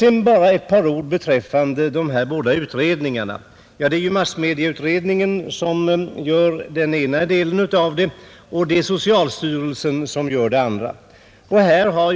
Ett par ord också beträffande de här båda utredningarna, Det är ju massmediautredningen som behandlar den ena delen och socialstyrelsen som behandlar den andra delen.